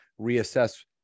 reassess